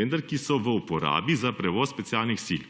vendar so v uporabi za prevoz specialnih sil.